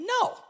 No